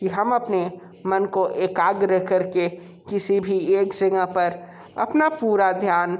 कि हम अपने मन को एकाग्र कर के किसी भी एक जगह पर अपना पूरा ध्यान